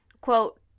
quote